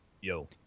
Yo